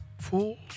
fools